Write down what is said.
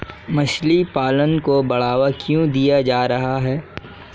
मछली पालन को बढ़ावा क्यों दिया जा रहा है?